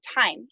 time